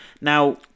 Now